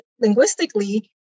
linguistically